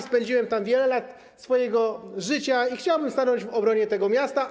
Spędziłem tam wiele lat swojego życia i chciałbym stanąć w obronie tego miasta.